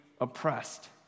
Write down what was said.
oppressed